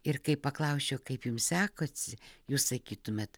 ir kai paklausčiau kaip jums sekosi jūs sakytumėt